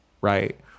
right